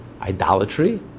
Idolatry